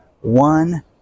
one